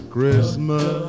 Christmas